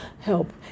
help